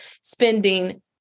spending